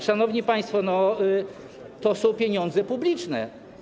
Szanowni państwo, to są pieniądze publiczne.